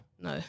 No